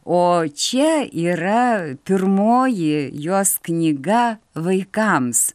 o čia yra pirmoji jos knyga vaikams